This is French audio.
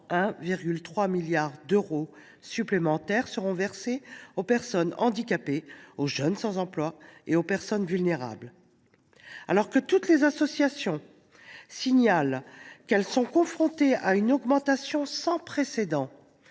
1,3 milliard d’euros supplémentaires seront versés aux personnes handicapées, aux jeunes sans emploi et aux personnes vulnérables. Alors que toutes les associations signalent qu’elles sont confrontées à une augmentation sans précédent